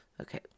Okay